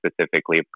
specifically